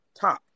top